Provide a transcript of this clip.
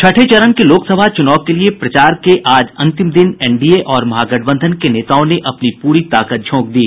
छठे चरण के लोकसभा चुनाव के प्रचार के आज अंतिम दिन एनडीए और महागठबंधन के नेताओं ने अपनी पूरी ताकत झोंक दी